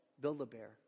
Build-A-Bear